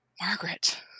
Margaret